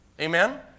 Amen